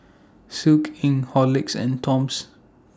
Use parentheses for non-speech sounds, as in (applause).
(unintelligible) Inc Horlicks and Toms